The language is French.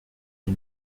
des